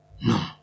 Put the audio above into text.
No